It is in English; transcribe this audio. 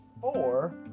Four